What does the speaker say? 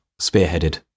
spearheaded